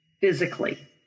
physically